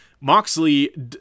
Moxley